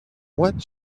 what